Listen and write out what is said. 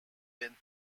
been